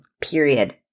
period